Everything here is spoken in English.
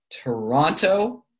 Toronto